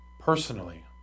personally